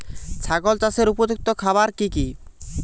ছাগল চাষের উপযুক্ত খাবার কি কি?